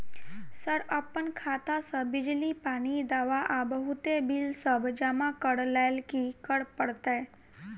Sir अप्पन खाता सऽ बिजली, पानि, दवा आ बहुते बिल सब जमा करऽ लैल की करऽ परतै?